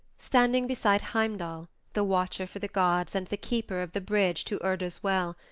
standing beside heimdall, the watcher for the gods and the keeper of the bridge to urda's well,